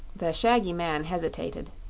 the shaggy man hesitated.